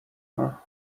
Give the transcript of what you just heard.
her